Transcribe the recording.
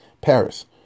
Paris